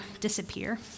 Disappear